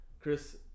Chris